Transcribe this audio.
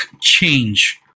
change